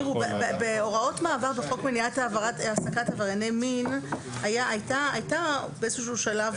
בהוראות מעבר בחוק מניעת העסקת עברייני מין הייתה באיזשהו שלב